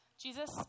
Jesus